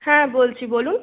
হ্যাঁ বলছি বলুন